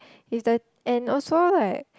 is the and also like